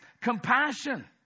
compassion